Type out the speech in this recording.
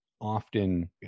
often